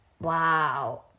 Wow